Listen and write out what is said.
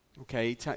Okay